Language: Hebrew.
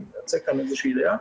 אני מייצג כאן איזושהי דעה,